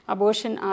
Abortion